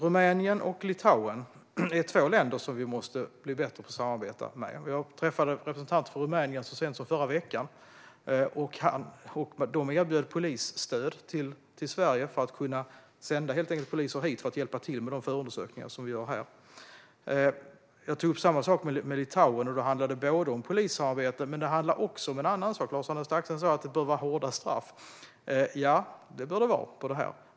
Rumänien och Litauen är två länder som vi måste bli bättre på att samarbeta med. Jag träffade representanter för Rumänien så sent som förra veckan. De erbjöd polisstöd till Sverige för att de helt enkelt ska kunna sända hit poliser som ska hjälpa till med de förundersökningar som vi gör här. Jag tog upp samma sak med Litauen, och då handlade det både om polisarbete och om ytterligare en sak. Lars-Arne Staxäng sa att straffen bör vara hårdare. Ja, det bör det vara för detta.